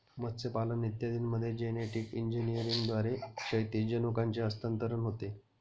मत्स्यपालन इत्यादींमध्ये जेनेटिक इंजिनिअरिंगद्वारे क्षैतिज जनुकांचे हस्तांतरण होते